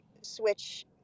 switch